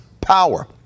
power